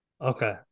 Okay